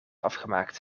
afgemaakt